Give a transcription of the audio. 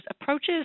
approaches